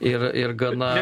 ir ir gana